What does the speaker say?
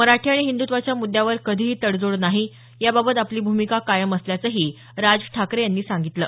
मराठी आणि हिंदुत्वाच्या मुद्यावर कधीही तडजोड नाही याबाबत आपली भूमिका कायम असल्याचंही राज ठाकरे यांनी सांगितलं